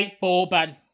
bourbon